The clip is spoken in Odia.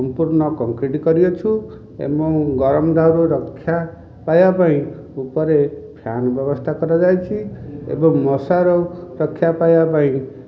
ସମ୍ପୂର୍ଣ୍ଣ କଂକ୍ରିଟ୍ କରିଅଛୁ ଏବଂ ଗରମ ଦାଉରୁ ରକ୍ଷା ପାଇବା ପାଇଁ ଉପରେ ଫ୍ୟାନ୍ ବ୍ୟବସ୍ଥା କରାଯାଇଛି ଏବଂ ମଶାରୁ ରକ୍ଷା ପାଇବା ପାଇଁ